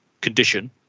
condition